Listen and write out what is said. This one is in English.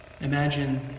Imagine